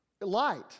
light